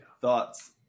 Thoughts